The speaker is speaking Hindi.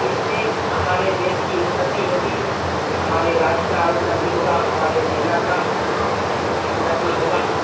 इससे हमारे देश की उन्नति होगी हमारे राज्य का उन्नति होगा हमारे जिला का उन्नति होगा